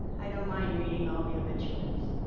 i don't mind reading all the obituaries.